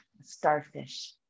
starfish